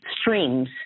streams